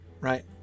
right